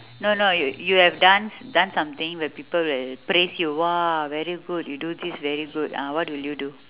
no no y~ you have done s~ done something where people will praise you !wah! very good you do this very good ah what will you do